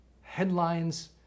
headlines